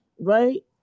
right